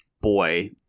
boy